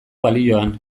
balioan